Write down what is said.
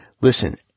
Listen